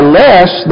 less